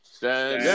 stand